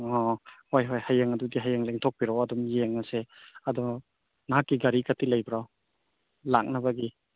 ꯑꯣ ꯍꯣꯏ ꯍꯣꯏ ꯍꯌꯦꯡ ꯑꯗꯨꯗꯤ ꯍꯌꯦꯡ ꯂꯦꯡꯊꯣꯛꯄꯤꯔꯛꯑꯣ ꯑꯗꯨꯝ ꯌꯦꯡꯂꯁꯦ ꯑꯗꯣ ꯅꯍꯥꯛꯀꯤ ꯒꯥꯔꯤꯀꯗꯤ ꯂꯩꯕ꯭ꯔꯣ ꯂꯥꯛꯅꯕꯒꯤ